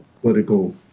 political